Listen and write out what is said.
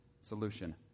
solution